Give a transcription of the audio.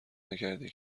نکردی